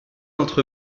entre